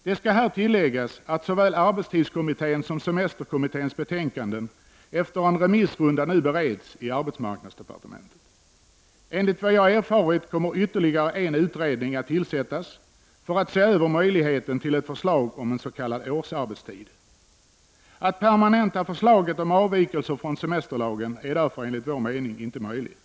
Det skall här tilläggas att såväl arbetstidskommitténs som semesterkommitténs betänkanden efter en remissrunda nu bereds i arbetsmarknadsdepartementet. Enligt vad jag har erfarit kommer ytterligare en utredning att tillsättas för att se över möjligheten till ett förslag om en s.k. årsarbetstid. Att permanenta förslaget om avvikelser från semesterlagen är därför, enligt vår mening, inte möjligt.